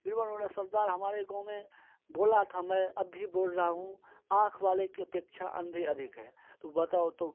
बीरबल बोला सरदार हमारे गाँव में बोला था मैं अभी बोल रहा हूँ आँख वाले की अपेक्षा अंधे अधिक है तो बताओ तो